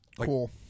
Cool